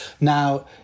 Now